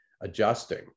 adjusting